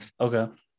Okay